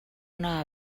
una